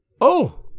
Oh